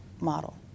model